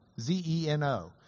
Z-E-N-O